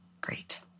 Great